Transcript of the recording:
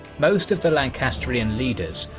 most of the lancastrian leaders,